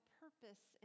purpose